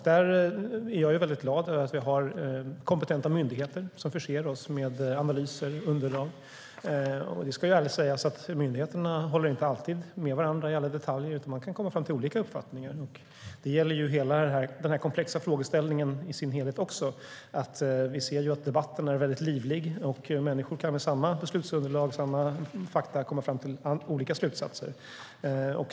Där är jag glad över att vi har kompetenta myndigheter som förser oss med analyser och underlag. Det ska ärligt sägas att myndigheterna inte alltid håller med varandra i alla detaljer utan kan komma fram till olika uppfattningar. Det gäller hela den här komplexa frågeställningen. Vi ser att debatten är livlig, och människor kan med samma beslutsunderlag, med samma fakta, komma fram till olika slutsatser.